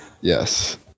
Yes